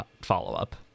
follow-up